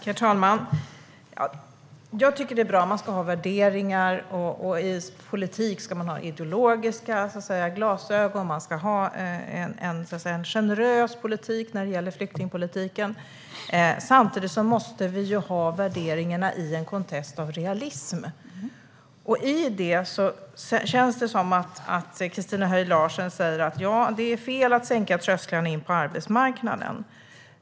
Herr talman! Jag tycker att det är bra att man har värderingar, och i politik ska man ha ideologiska glasögon. Vi ska ha en generös flyktingpolitik, men samtidigt måste vi ha en kontext av realism. Christina Höj Larsen säger att det är fel att sänka trösklarna in på arbetsmarknaden.